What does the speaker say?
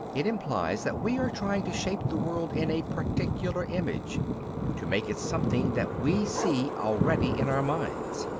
it implies that we are trying to shape the world in a particular image to make it something that we see already in our minds.